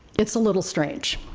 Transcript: it's a little strange.